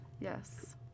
Yes